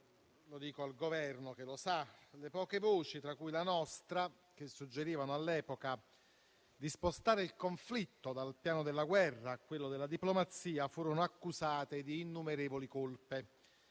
Dico al Governo (che lo sa) che le poche voci, tra cui la nostra, che all'epoca suggerivano di spostare il conflitto dal piano della guerra a quello della diplomazia furono accusate di innumerevoli colpe.